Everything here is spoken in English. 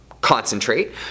concentrate